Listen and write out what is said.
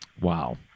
Wow